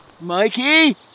Mikey